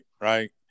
right